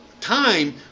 time